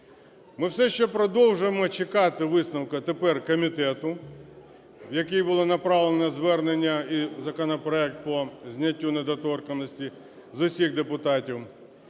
Ми все ще продовжуємо чекати висновку тепер комітету, в який було направлено звернення і законопроект по зняттю недоторканності з усіх депутатів